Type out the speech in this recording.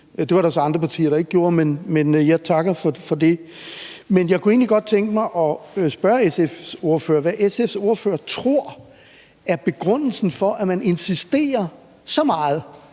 Det var der så andre partier, der ikke gjorde, men jeg takker for det. Jeg kunne egentlig godt tænke mig at spørge SF's ordfører, hvad SF's ordfører tror er begrundelsen for, at man insisterer så meget,